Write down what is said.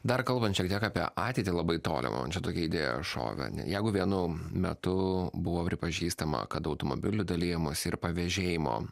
dar kalbant šiek tiek apie ateitį labai tolimą man čia tokia idėja šovė jeigu vienu metu buvo pripažįstama kad automobilių dalijimosi ir pavėžėjimo